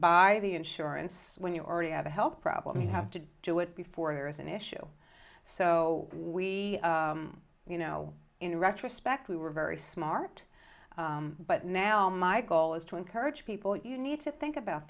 buy the insurance when you already have a health problem you have to do it before there is an issue so we you know in retrospect we were very smart but now my goal is to encourage people you need to think about